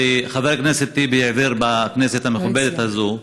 שחבר הכנסת טיבי העביר בכנסת המכובדת הזו.